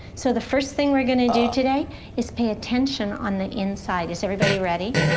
so the first thing we're going to do today is pay attention on the inside. is everybody ready?